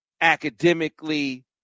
academically